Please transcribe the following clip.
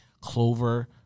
Clover